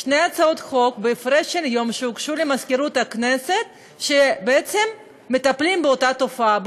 שתי הצעות חוק שבהפרש של יום הוגשו למזכירות הכנסת ומטפלות באותה תופעה,